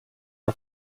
are